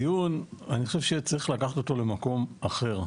אני חושב שצריך לקחת את הדיון למקום אחר,